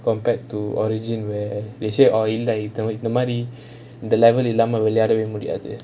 compared to origin where they say இல்ல இது இந்த மாரி இந்த:illa ithu intha maari intha level இல்லாம விளையாட முடியாது:illaama vilaiyaada mudiyaathu